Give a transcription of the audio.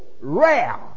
rare